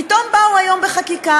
פתאום באו היום בחקיקה.